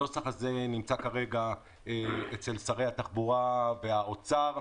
הנוסח הזה נמצא כרגע אצל שרי התחבורה והאוצר.